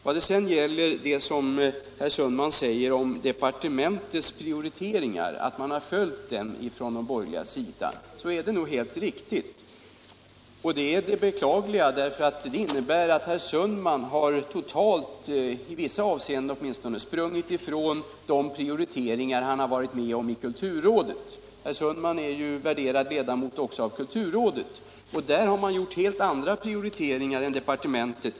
Vad herr Sundman säger om att de borgerliga ledamöterna i utskottet har följt departementets prioriteringar är nog helt riktigt. Det är det beklagliga, därför att det innebär att herr Sundman åtminstone i vissa avseenden totalt har sprungit ifrån de prioriteringar som han varit med om att göra i kulturrådet. Herr Sundman är ju värderad ledamot också av kulturrådet, och där har man gjort helt andra prioriteringar än departementet.